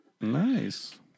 Nice